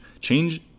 Change